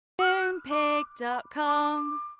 moonpig.com